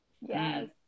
Yes